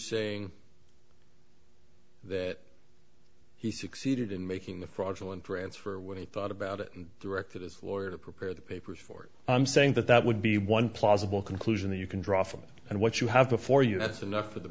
saying that he succeeded in making the fraudulent grants for what he thought about it and directed his lawyer to prepare the papers for i'm saying that that would be one plausible conclusion that you can draw from and what you have before you that's enough for the